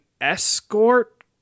escort